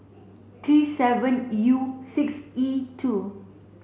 T seven U six E two